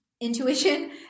intuition